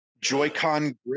Joy-Con